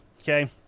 Okay